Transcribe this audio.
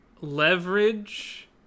leverage